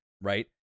right